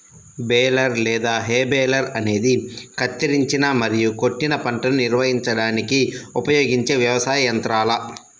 baler లేదా hay baler అనేది కత్తిరించిన మరియు కొట్టిన పంటను నిర్వహించడానికి ఉపయోగించే వ్యవసాయ యంత్రాల